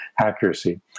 accuracy